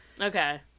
Okay